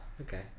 Okay